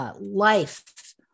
life